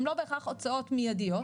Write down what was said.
הן לא בהכרח הוצאות מידיות,